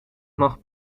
mag